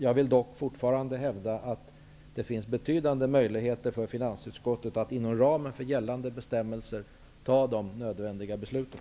Jag vill dock fortfarande hävda att det finns betydande möjligheter för finansutskottet att inom ramen för gällande bestämmelser fatta de nödvändiga besluten.